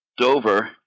Dover